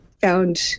found